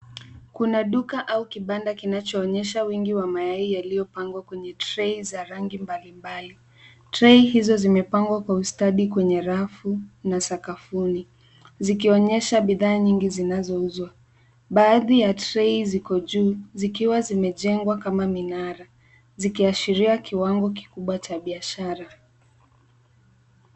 Kuna duka au kibanda kinachoonyesha wingi wa mayai yaliyopangwa kwenye trei za rangi mbalimbali. Trei hizo zimepangwa kwa ustadi kwenye rafu na sakafuni, zikonyesha bidhaa nyingi zinazouzwa. Baadhi ya trei ziko juu zikiwa zimejengwa kama minara, zikiashiria kiwango kikubwa cha baishara.